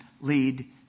lead